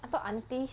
I thought auntie